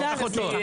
לימור סון הר מלך (עוצמה יהודית):